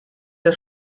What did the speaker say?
der